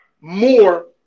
more